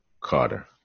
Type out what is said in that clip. Carter